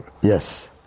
Yes